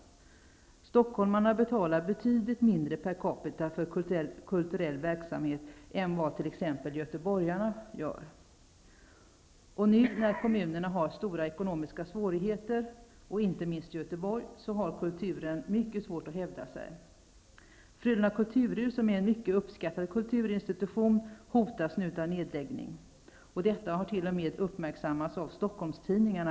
Stockholmarna betalar betydligt mindre per capita för kulturell verksamhet än vad t.ex. göteborgarna gör. Nu när kommunerna har stora ekonomiska svårigheter, inte minst gäller det Göteborg, har kulturen mycket svårt att hävda sig. Frölunda kulturhus, som är en mycket uppskattad kulturinstitution, hotas nu av nedläggning. Detta har t.o.m. uppmärksammats av Stockholmstidningarna.